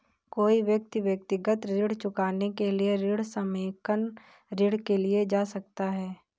कोई व्यक्ति व्यक्तिगत ऋण चुकाने के लिए ऋण समेकन ऋण के लिए जा सकता है